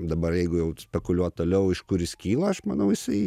dabar jeigu jau spekuliuot toliau iš kur jis kyla aš manau jisai